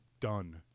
Done